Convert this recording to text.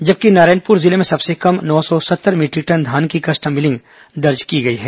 जबकि नारायणपुर जिले में सबसे कम नौ सौ सत्तर मीटरिक टन धान की कस्टम मिलिंग दर्ज की गई है